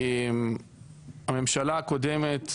הממשלה הקודמת,